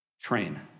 Train